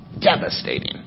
Devastating